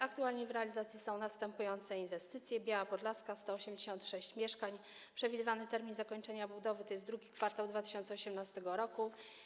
Aktualnie w realizacji są następujące inwestycje: Biała Podlaska - 186 mieszkań, przewidywany termin zakończenia budowy to II kwartał 2018 r.